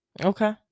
Okay